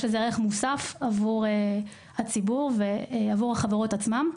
יש בזה ערך מוסף עבור הציבור ועבור החברות עצמן.